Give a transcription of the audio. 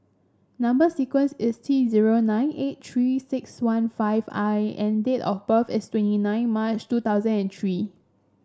number sequence is T zero nine eight Three six one five I and date of birth is twenty nine March two thousand and three